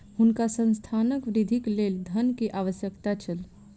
हुनका संस्थानक वृद्धिक लेल धन के आवश्यकता छल